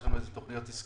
יש לנו על תוכניות עסקיות.